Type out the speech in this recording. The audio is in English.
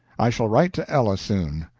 i shall write to ella soon.